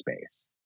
space